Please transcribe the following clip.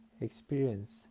experience